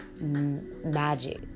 magic